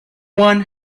one